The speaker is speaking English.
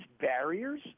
barriers